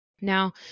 Now